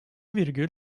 virgül